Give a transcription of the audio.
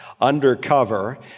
undercover